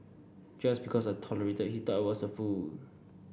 just because I tolerated he thought I was a fool